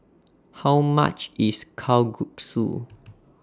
How much IS Kalguksu